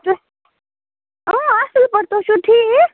اَصٕل پٲٹھۍ تُہۍ چھُو ٹھیٖک